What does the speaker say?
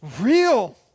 real